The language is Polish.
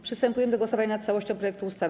Przystępujemy do głosowania nad całością projektu ustawy.